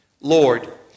Lord